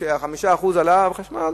5% העלאה בחשמל,